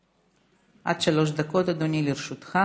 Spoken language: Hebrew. עד שלוש דקות, אדוני, לרשותך.